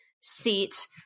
seat